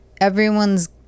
everyone's